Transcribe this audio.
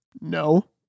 No